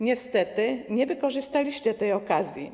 Niestety nie wykorzystaliście tej okazji.